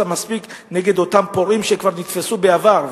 מספיק נגד אותם פורעים שכבר נתפסו בעבר,